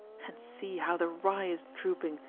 and see how the rye is drooping,